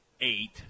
eight